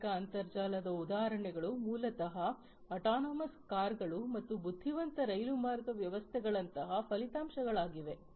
ಕೈಗಾರಿಕಾ ಅಂತರ್ಜಾಲದ ಉದಾಹರಣೆಗಳು ಮೂಲತಃ ಆಟಾನಮಸ್ ಕಾರುಗಳು ಮತ್ತು ಬುದ್ಧಿವಂತ ರೈಲುಮಾರ್ಗ ವ್ಯವಸ್ಥೆಗಳಂತಹ ಫಲಿತಾಂಶಗಳಾಗಿವೆ